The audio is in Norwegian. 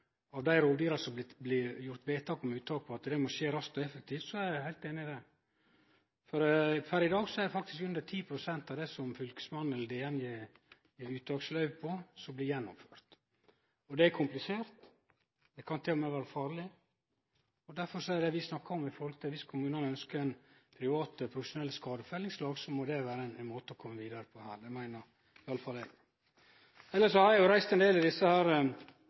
at det må skje raskt og effektivt, er eg heilt einig i det. Per i dag er det faktisk under 10 pst. av det som Fylkesmannen har gitt uttaksløyve for, som blir gjennomført. Og det er komplisert; det kan til og med vere farleg. Derfor er det visstnok slik at dersom kommunane ønskjer private/profesjonelle skadefellingslag, må det vere ein måte å kome vidare på her. Det meiner i alle fall eg. Elles har eg reist en del i desse